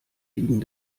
lieben